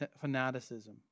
fanaticism